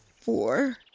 four